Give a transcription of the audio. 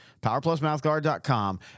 powerplusmouthguard.com